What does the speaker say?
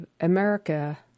America